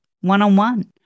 one-on-one